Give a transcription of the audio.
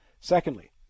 Secondly